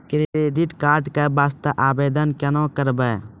Credit card के वास्ते आवेदन केना करबै?